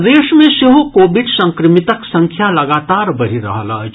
प्रदेश मे सेहो कोविड संक्रमितक संख्या लगातार बढ़ि रहल अछि